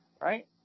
Right